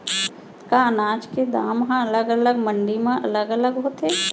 का अनाज के दाम हा अलग अलग मंडी म अलग अलग होथे?